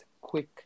quick